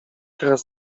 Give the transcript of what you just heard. teraz